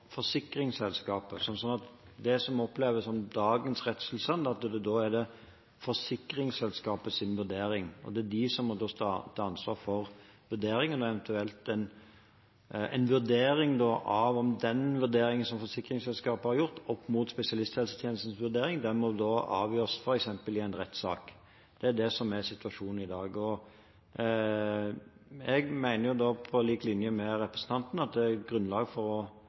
forsikringsselskapet. Så det som vi opplever som dagens rettstilstand, er at det er forsikringsselskapets vurdering. Det er de som da må stå til ansvar for vurderingen. En eventuell vurdering av den vurderingen som forsikringsselskapet har gjort, opp mot spesialisthelsetjenestens vurdering, må finne sted f.eks. i en rettssak. Det er situasjonen i dag. Jeg mener – på lik linje med representanten Toppe – at det er grunnlag for nettopp å se